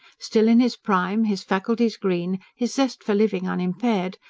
still in his prime, his faculties green, his zest for living unimpaired,